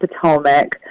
Potomac